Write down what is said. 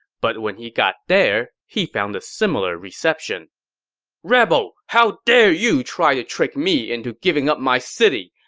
but when he got there, he found a similar reception rebel, how dare you try to trick me into giving up my city!